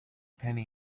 penny